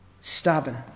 stubborn